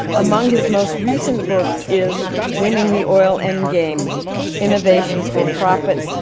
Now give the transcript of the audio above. among his most recent books is winning the oil endgame innovation for profit,